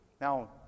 Now